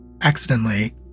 accidentally